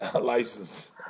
license